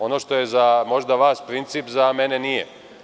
Ono što je za vas možda princip, za mene nije.